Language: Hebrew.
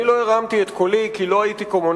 אני לא הרמתי את קולי, כי לא הייתי קומוניסט.